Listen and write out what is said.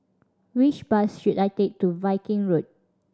which bus should I take to Viking Road